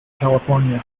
california